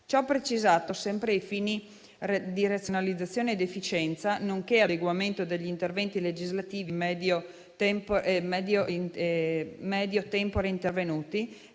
Ciò precisato, sempre ai fini di razionalizzazione ed efficienza, nonché di adeguamento degli interventi legislativi *medio tempore* intervenuti,